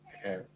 Okay